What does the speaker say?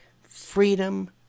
freedom